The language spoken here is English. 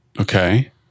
Okay